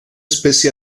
especie